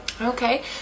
Okay